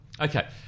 Okay